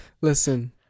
Listen